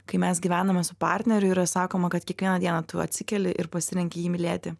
kai mes gyvename su partneriu yra sakoma kad kiekvieną dieną tu atsikeli ir pasirenki jį mylėti